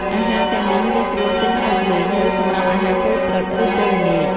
អាហារទាំងនេះងាយស្រួលទិញហូបលេង ឬសម្រាប់អាហារពេលព្រឹក ឬ ពេលល្ងាច។